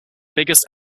biggest